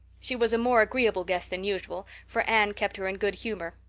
she was a more agreeable guest than usual, for anne kept her in good humor.